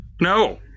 No